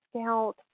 Scout